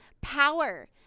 power